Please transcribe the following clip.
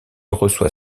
reçoit